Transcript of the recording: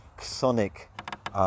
sonic